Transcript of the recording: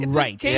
right